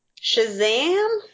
Shazam